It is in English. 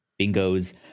bingos